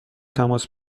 تماس